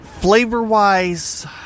Flavor-wise